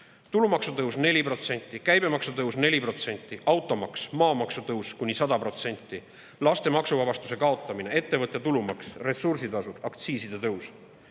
Tulumaksu tõus 4%, käibemaksu tõus 4%, automaks, maamaksu tõus kuni 100%, laste [pealt saadava] maksuvabastuse kaotamine, ettevõtte tulumaks, ressursitasud, aktsiiside tõus